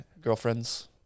girlfriends